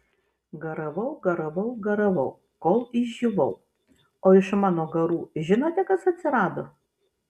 garavau garavau garavau kol išdžiūvau o iš mano garų žinote kas atsirado